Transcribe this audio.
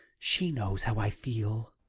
she knows how i feel.